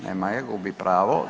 Nema je, gubi pravo.